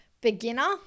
beginner